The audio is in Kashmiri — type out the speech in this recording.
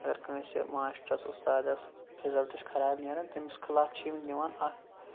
اَگر کٲنسہِ ماسٹرَس اوس اُستادَس رِزالٹہٕ چھُ خراب نیران تٔمِس خِلاف چھِ یِم نِوان اکھ